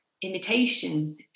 Imitation